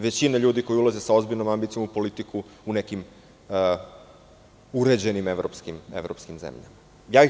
Većina ljudi koji ulazi sa ozbiljnom ambicijom u politiku u nekim uređenim evropskim zemljama.